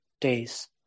days